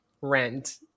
rent